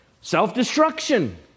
Self-destruction